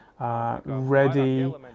ready